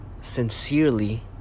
sincerely